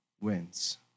wins